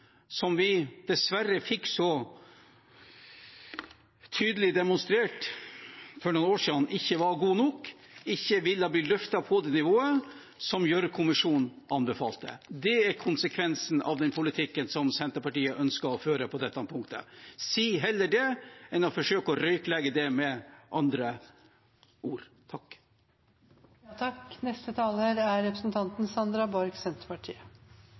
som vi dessverre fikk så tydelig demonstrert for noen år siden ikke var god nok, ikke ville blitt løftet på det nivået som Gjørv-kommisjonen anbefalte. Det er konsekvensen av den politikken som Senterpartiet ønsker å føre på dette punktet. Si heller det enn å forsøke å røyklegge det med andre ord.